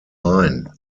main